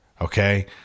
Okay